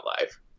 life